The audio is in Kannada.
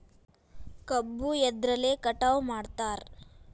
ಕಬ್ಬು ಎದ್ರಲೆ ಕಟಾವು ಮಾಡ್ತಾರ್?